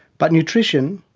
but nutrition,